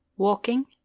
Walking